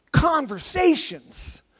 conversations